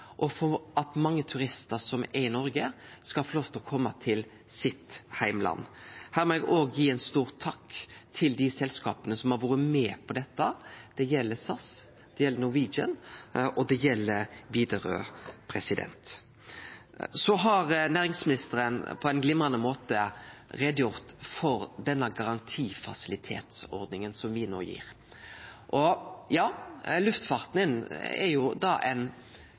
og for at mange turistar som er i Noreg, skal få lov til å kome til heimlandet sitt. Her må eg òg gi ein stor takk til dei selskapa som har vore med på dette. Det gjeld SAS, det gjeld Norwegian, og det gjeld Widerøe. Så har næringsministeren på ein glimrande måte gjort greie for denne garantifasilitetsordninga som me no gir. Og ja, luftfarten er ein